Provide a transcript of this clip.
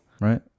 Right